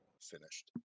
finished